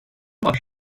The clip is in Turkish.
var